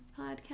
podcast